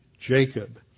Jacob